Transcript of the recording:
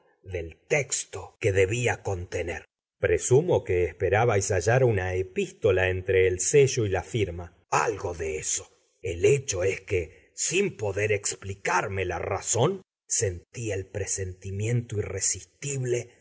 del texto que debía contener presumo que esperabais hallar una epístola entre el sello y la firma algo de eso el hecho es que sin poder explicarme la razón sentí el presentimiento irresistible